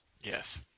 Yes